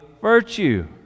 virtue